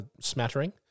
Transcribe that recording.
smattering